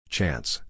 Chance